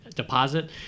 deposit